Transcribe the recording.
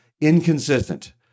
inconsistent